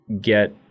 get